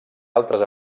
altres